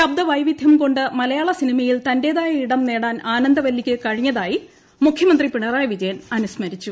ശബ്ദ വൈവിധൃം കൊണ്ട് മലയാള സിനി മയിൽ തന്റേതായ ഇടം നേടാൻ ആനന്ദവല്ലിക്ക് കഴിഞ്ഞതായി മുഖ്യമന്ത്രി പിണറായി വിജയൻ അനുസ്മരിച്ചു